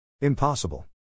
Impossible